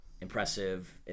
impressive